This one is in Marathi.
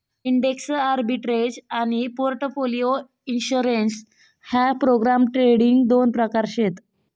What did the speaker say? इंडेक्स आर्बिट्रेज आनी पोर्टफोलिओ इंश्योरेंस ह्या प्रोग्राम ट्रेडिंग दोन प्रकार शेत